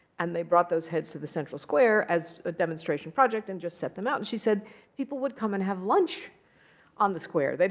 and they brought those heads to the central square as a demonstration project and just set them out. and she said people would come and have lunch on the square.